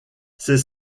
c’est